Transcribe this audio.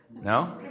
No